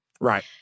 Right